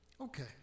Okay